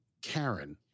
Karen